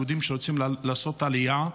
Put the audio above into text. יהודים שרוצים לעשות עלייה,